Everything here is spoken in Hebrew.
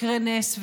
יקרה נס,